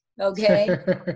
okay